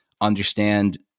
understand